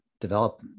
develop